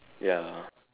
ya